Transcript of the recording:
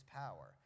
power